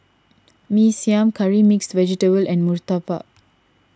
Mee Siam Curry Mixed Vegetable and Murtabak